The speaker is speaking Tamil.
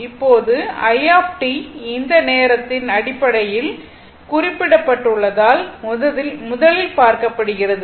இப்போது i இது நேரத்தின் அடிப்படையில் குறிப்பிடப்பட்டுள்ளதால் முதலில் பார்க்கப்படுகிறது